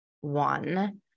one